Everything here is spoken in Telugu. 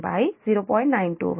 252 0